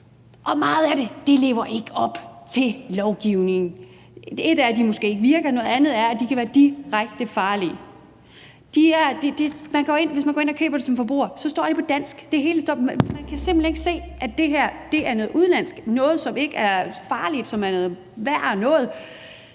og meget af det lever ikke op til lovgivningen. Et er, at det måske ikke virker, men noget andet er, at det kan være direkte farligt. Hvis man som forbruger går ind og køber det, kan man se, at det står på dansk, og man kan simpelt hen ikke se, at det her er noget udenlandsk noget, som ikke er farligt, eller som er noget værre noget.